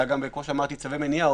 צווי מניעה,